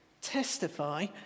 Testify